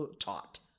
taught